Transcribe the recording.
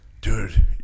dude